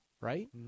right